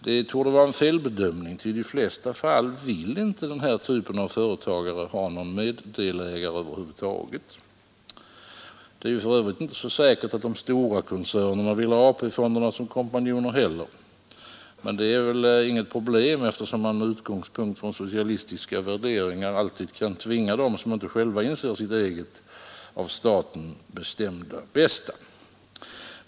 Detta torde vara en felbedömning, ty i de flesta fall vill inte den här typen av företagare ha någon meddelägare över huvud taget. Det är för övrigt inte så säkert att de stora koncernerna vill ha AP-fonderna som kompanjoner heller — men det är väl inget problem, eftersom man med utgångspunkt från socialistiska värderingar alltid kan tvinga dem som inte själva inser sitt eget, av staten bestämda, bästa.